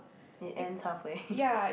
it ends halfway